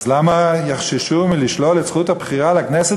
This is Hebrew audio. אז למה יחששו לשלול את זכות הבחירה לכנסת